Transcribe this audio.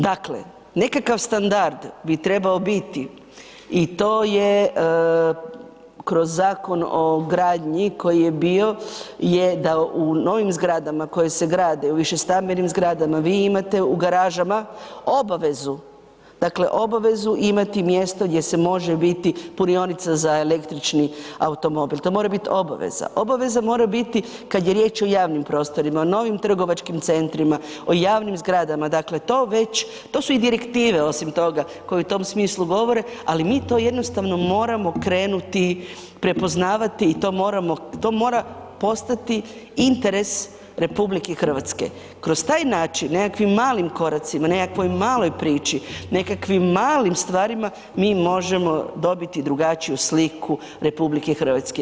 Dakle, nekakav standard bi trebao biti i to je kroz Zakon o gradnji koji je bio je da u novim zgradama koje se grade, u višestambenim zgradama vi imate u garažama obavezu, dakle obavezu imati mjesto gdje se može biti punionica za električni automobil, to mora biti obaveza, obaveza mora biti kad je riječ o javnim prostorima, o novim trgovačkim centrima, o javnim zgradama, dakle to već, to su i direktive osim toga koje u tom smislu govore, ali mi to jednostavno moramo krenuti prepoznavati i to moramo, to mora postati interes RH, kroz taj način nekakvim malim koracima, nekakvoj maloj priči, nekakvim malim stvarima, mi možemo dobiti drugačiju sliku RH.